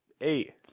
eight